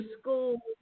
school